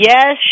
Yes